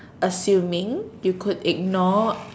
assuming you could ignore